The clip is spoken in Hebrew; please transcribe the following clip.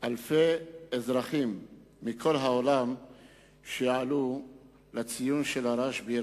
אלפי אזרחים מכל העולם שיעלו לציון של הרשב"י,